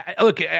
Look